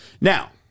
now